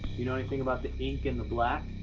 you know anything about the ink and the black?